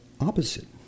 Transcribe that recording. opposite